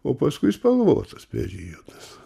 o paskui spalvotas periodas